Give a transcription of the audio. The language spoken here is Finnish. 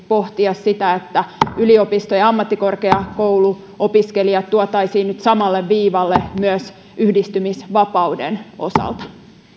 pohtia sitä että yliopisto ja ammattikorkeakouluopiskelijat tuotaisiin nyt samalle viivalle myös yhdistymisvapauden osalta